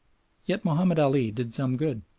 yet mahomed ali did some good.